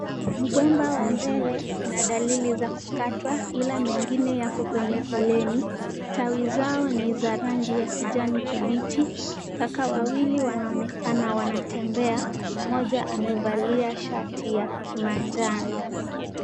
Mgomba wa mbele una dalili za kukatwa, ila mengine yako kwenye foleni. Tawi zao ni za rangi ya kijani kibichi. Kaka wawili wanaonekana wanatembea, mmoja amevalia shati ya kimanjano.